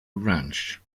ranch